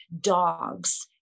dogs